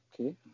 okay